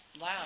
loud